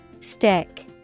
Stick